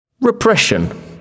Repression